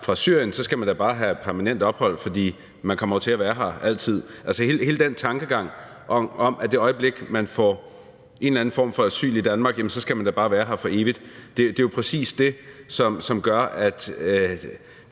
fra Syrien, skal man da bare have permanent ophold, fordi man jo kommer til at være her altid. Altså, hele den tankegang om, at i det øjeblik man får en eller anden form for asyl i Danmark, jamen så skal man da bare være her for evigt, er jo præcis det, som gør, at